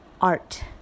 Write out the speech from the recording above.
art